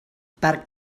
per